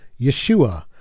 Yeshua